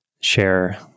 share